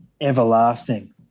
everlasting